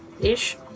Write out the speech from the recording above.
ish